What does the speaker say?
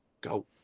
go